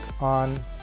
on